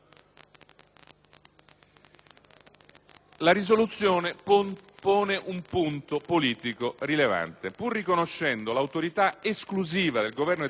La mozione pone un punto politico rilevante: pur riconoscendo l'autorità esclusiva del Governo di transizione somalo